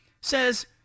says